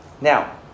Now